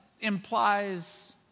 implies